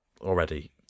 already